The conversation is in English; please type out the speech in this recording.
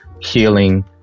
healing